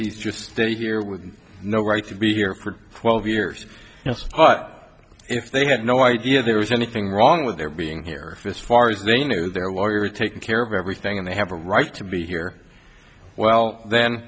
salafis just stay here with no right to be here for twelve years but if they had no idea there was anything wrong with their being here as far as they knew their water is taken care of everything and they have a right to be here well then